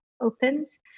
opens